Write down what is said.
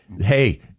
hey-